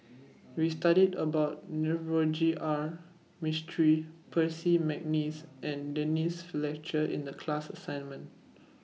We studied about Navroji R Mistri Percy Mcneice and Denise Fletcher in The class assignment